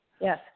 Yes